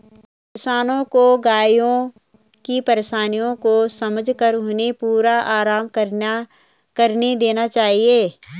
किसानों को गायों की परेशानियों को समझकर उन्हें पूरा आराम करने देना चाहिए